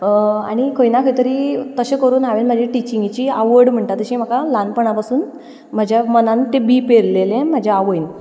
आनी खंय ना खंय तरी तशें करून हांवें म्हाजे टिचींगेची आवड म्हणटा तशें म्हाका ल्हानपणा पासून म्हज्या मनान तें बीं पेरलेलें म्हज्या आवयन